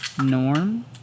norm